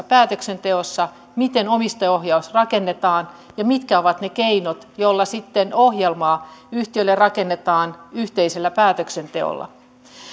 päätöksenteossa miten omistajaohjaus rakennetaan ja mitkä ovat ne keinot joilla sitten ohjelmaa yhtiölle rakennetaan yhteisellä päätöksenteolla